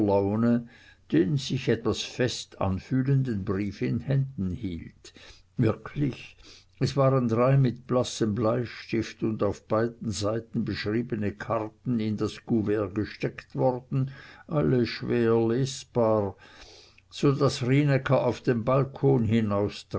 den sich etwas fest anfühlenden brief in händen hielt wirklich es waren drei mit blassem bleistift und auf beiden seiten beschriebene karten in das couvert gesteckt worden alle schwer lesbar so daß rienäcker auf den balkon hinaustrat